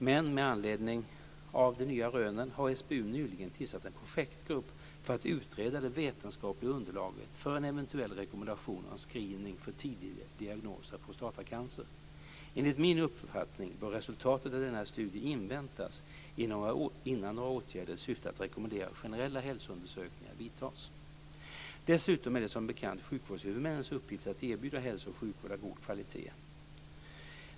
Men med anledning av de nya rönen har SBU nyligen tillsatt en projektgrupp för att utreda det vetenskapliga underlaget för en eventuell rekommendation om screening för tidig diagnos av prostatacancer. Enligt min uppfattning bör resultatet av denna studie inväntas innan några åtgärder i syfte att rekommendera generella hälsoundersökningar vidtas. Dessutom är det som bekant sjukvårdshuvudmännens uppgift att erbjuda hälso och sjukvård av god kvalitet.